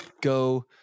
go